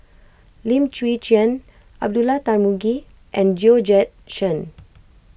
Lim Chwee Chian Abdullah Tarmugi and Georgette Chen